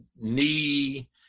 knee